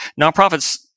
nonprofits